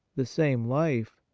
the same life,